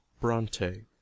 Bronte